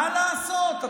מה לעשות?